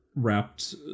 wrapped